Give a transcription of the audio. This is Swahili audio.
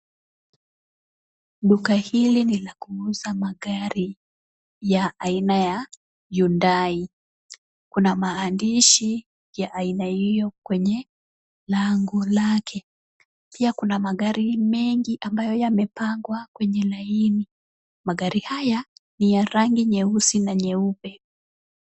Duka hili ni la kuuza magari ya aina ya hyundai. Kuna maandishi ya aina hiyo kwenye lango lake. Pia kuna magari mengi ambayo yamepangwa kwenye laini . Magari haya ni ya rangi nyeusi na nyeupe.